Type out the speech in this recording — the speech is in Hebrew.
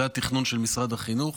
זה התכנון של משרד החינוך.